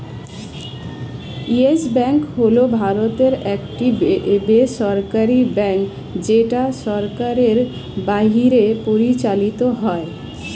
yes Bank হল ভারতের একটি বেসরকারী ব্যাঙ্ক যেটা সরকারের বাইরে পরিচালিত হয়